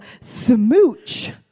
smooch